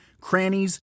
crannies